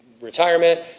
retirement